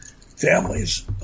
families